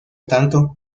tanto